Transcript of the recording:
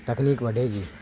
تکنیک بڑھے گی